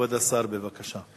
כבוד השר, בבקשה.